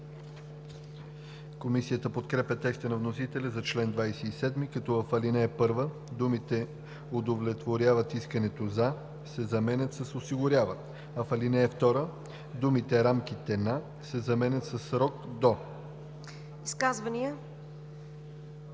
Комисията подкрепя текста на вносителя за чл. 27, като в ал. 1 думите „удовлетворяват искането за“ се заменят с „осигуряват“, а в ал. 2 думите „рамките на“ се заменят със „срок до“.